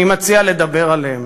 אני מציע לדבר עליהן.